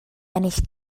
ennill